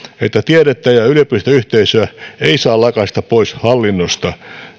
että tiedettä ja yliopistoyhteisöä ei lakaista pois hallinnosta